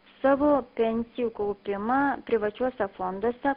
savo pensijų kaupimą privačiuose fonduose